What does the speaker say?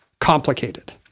complicated